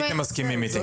הייתם מסכימים איתי.